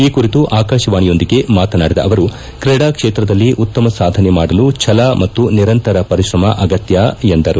ಈ ಕುರಿತು ಆಕಾಶವಾಣಿಯೊಂದಿಗೆ ಮಾತನಾಡಿದ ಅವರು ಕ್ರೀಡಾ ಕ್ಷೇತ್ರದಲ್ಲಿ ಉತ್ತಮ ಸಾಧನೆ ಮಾಡಲು ಛಲ ಮತ್ತು ನಿರಂತರ ಪರಿಶ್ರಮ ಅಗತ್ಯ ಎಂದು ಹೇಳಿದರು